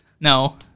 No